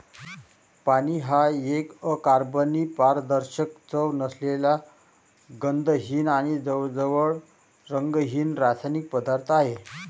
पाणी हा एक अकार्बनी, पारदर्शक, चव नसलेला, गंधहीन आणि जवळजवळ रंगहीन रासायनिक पदार्थ आहे